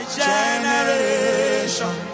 generation